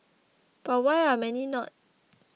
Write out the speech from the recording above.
but why are many not